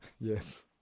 Yes